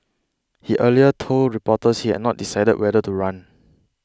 he earlier told reporters he had not decided whether to run